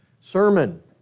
sermon